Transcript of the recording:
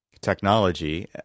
technology—